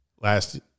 last